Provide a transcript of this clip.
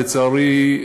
לצערי,